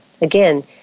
Again